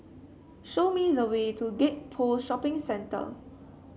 show me the way to Gek Poh Shopping Centre